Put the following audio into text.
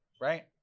right